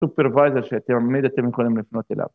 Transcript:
‫סופרוויזר שאתם אומרים ‫שאתם יכולים לפנות אליו.